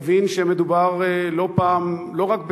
תבין שמדובר לא פעם לא רק בתפקיד,